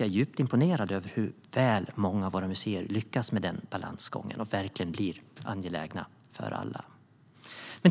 Jag är djupt imponerad över hur väl många av våra museer lyckas med balansgången och verkligen blir angelägna för alla.